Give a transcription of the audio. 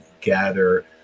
gather